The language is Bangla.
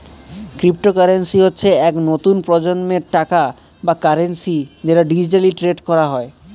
ক্রিপ্টোকারেন্সি হচ্ছে এক নতুন প্রজন্মের টাকা বা কারেন্সি যেটা ডিজিটালি ট্রেড করা হয়